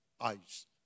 eyes